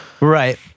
Right